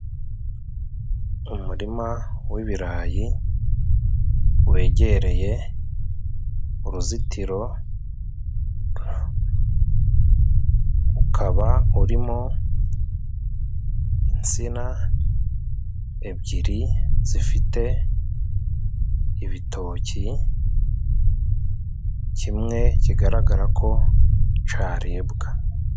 Umurima w' ibirayi wegereye uruzitiro ukaba urimo insina ebyiri zifite ibitoki, kimwe kigaragara ko caribwa.